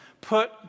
put